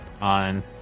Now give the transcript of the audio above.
on